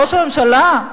ראש הממשלה?